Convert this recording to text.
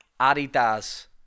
Adidas